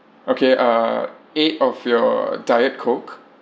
okay uh eight of your diet coke